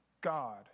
God